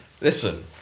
Listen